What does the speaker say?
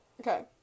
Okay